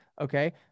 Okay